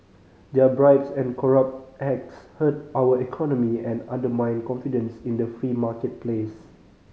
their bribes and corrupt acts hurt our economy and undermine confidence in the free marketplace